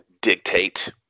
dictate